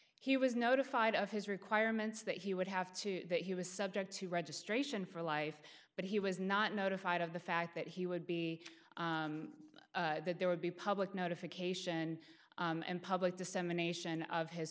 he was notified of his requirements that he would have to that he was subject to registration for life but he was not notified of the fact that he would be that there would be public notification and public dissemination of his